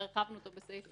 כבר הרחבנו אותו בסעיף